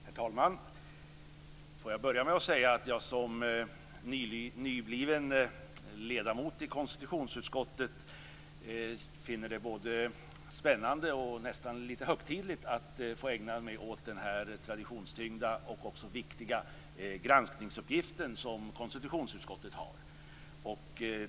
Herr talman! Jag vill börja med att säga att jag som nybliven ledamot i konstitutionsutskottet finner det både spännande och nästan lite högtidligt att få ägna mig åt den traditionstyngda och viktiga granskningsuppgift som konstitutionsutskottet har.